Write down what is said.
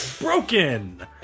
broken